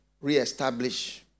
Reestablish